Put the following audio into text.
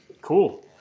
Cool